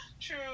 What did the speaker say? true